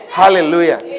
hallelujah